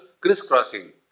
crisscrossing